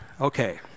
Okay